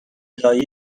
دایه